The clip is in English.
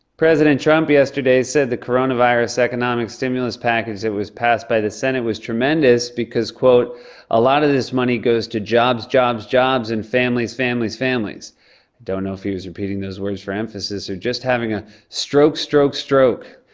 president trump yesterday said the coronavirus economic stimulus package that was passed by the senate was tremendous because, a lot of this money goes to jobs, jobs, jobs and families, families, families. i don't know if he was repeating those words for emphasis or just having a stroke, stroke, stroke.